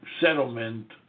settlement